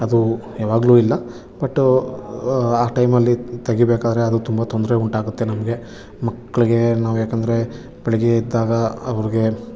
ಅದು ಯಾವಾಗಲೂ ಇಲ್ಲ ಬಟು ಆ ಟೈಮಲ್ಲಿ ತೆಗಿಬೇಕಾದ್ರೆ ಅದು ತುಂಬ ತೊಂದರೆ ಉಂಟಾಗುತ್ತೆ ನಮಗೆ ಮಕ್ಳಿಗೆ ನಾವು ಯಾಕಂದರೆ ಬೆಳಗ್ಗೆ ಎದ್ದಾಗ ಅವರಿಗೆ